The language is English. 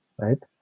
right